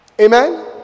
Amen